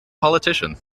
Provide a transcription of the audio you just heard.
politician